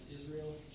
Israel